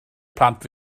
plant